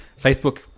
Facebook